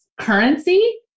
currency